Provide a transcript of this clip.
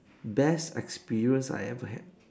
best experience I ever had